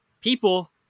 people